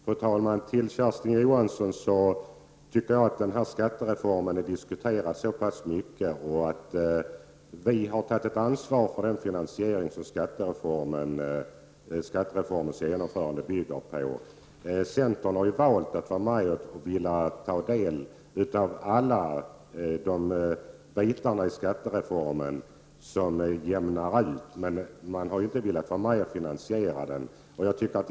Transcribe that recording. Fru talman! Till Kersti Johansson vill jag säga att jag tycker att alla de diskussioner som vi har fört om skattereformen visar att vi har tagit ett ansvar för finansieringen av skattereformen. Centern har velat ställa sig bakom alla de delar av skattereformen som verkar utjämnande, men har inte velat ställa sig bakom finansieringen av den.